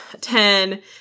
Ten